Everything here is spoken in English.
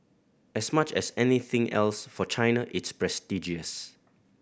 as much as anything else for China it's prestigious